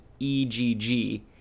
EGG